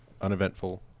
Uneventful